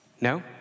No